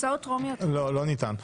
לא ניתן.